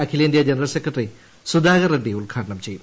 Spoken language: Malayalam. അഖിലേന്ത്യാ ജനറൽ സെക്രട്ടറി സുധാകർ റെഡ്സി ഉദ്ഘാടനം ചെയ്യും